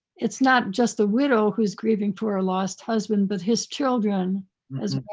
it's not just a widow who's grieving for her last husband, but his children as well.